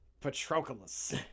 Patroclus